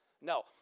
No